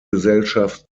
gesellschaft